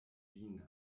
wien